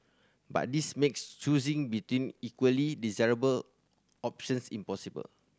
but this makes choosing between equally desirable options impossible